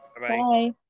Bye